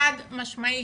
חד משמעית.